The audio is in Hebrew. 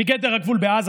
מגדר הגבול בעזה,